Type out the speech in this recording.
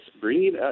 bringing